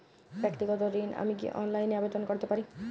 ব্যাক্তিগত ঋণ আমি কি অনলাইন এ আবেদন করতে পারি?